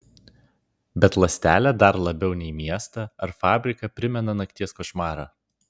bet ląstelė dar labiau nei miestą ar fabriką primena nakties košmarą